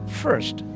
first